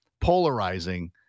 polarizing